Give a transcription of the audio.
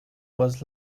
was